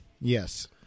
Yes